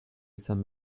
izan